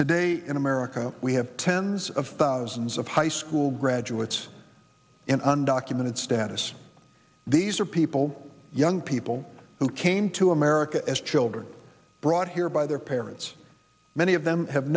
today in america we have tens of thousands of high school graduates in undocumented status these are people young people who came to america as children brought here by their parents many of them have